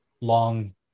long